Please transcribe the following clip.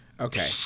Okay